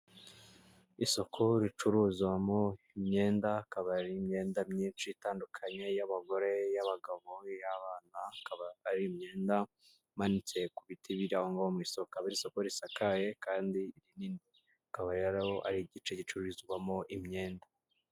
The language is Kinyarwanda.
Isoko ricuruzwamo imyenda akaba imyenda myinshi itandukanye iy'abagore, iy'abagabo iy'abana akaba ari imyenda imanitse ku biti biri aho ngaho mu isoko, akaba ari isoko risakaye kandi nini akaba rero ari igice gicururizwamo imyenda.